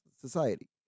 society